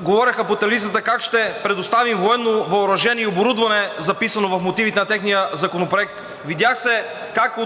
говореха по телевизията как ще предоставим военно въоръжение и оборудване –записано в мотивите на техния законопроект. Видя се как